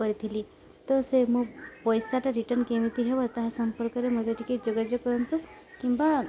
କରିଥିଲି ତ ସେ ମୋ ପଇସାଟା ରିଟର୍ଣ୍ଣ କେମିତି ହେବ ତାହା ସମ୍ପର୍କରେ ମତେ ଟିକେ ଯୋଗାଯୋଗ କରନ୍ତୁ କିମ୍ବା